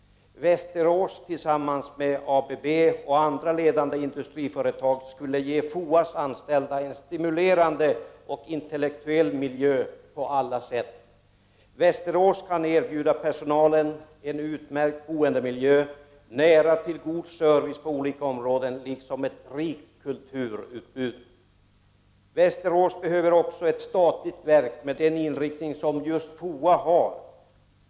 Staden Västerås tillsammans med ABB och andra ledande industriföretag skulle ge FOA:s anställda en på alla sätt stimulerande och intellektuell miljö. Västerås kan vidare erbjuda personalen en utmärkt boendemiljö, nära till god service på olika områden, liksom ett rikt kulturutbud. Västerås behöver också ett statligt verk med den inriktning som just FOA har.